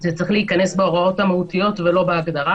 זה צריך להיכנס בהוראות המהותיות ולא בהגדרה